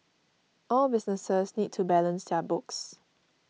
all businesses need to balance their books